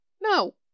No